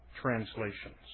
translations